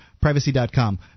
Privacy.com